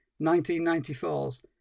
1994's